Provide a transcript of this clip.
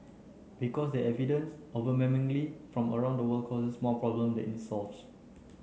because the evidence from around the world causes more problems than it solves